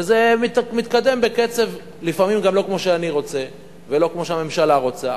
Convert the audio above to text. וזה מתקדם לפעמים בקצב גם לא כמו שאני רוצה ולא כמו שהממשלה רוצה,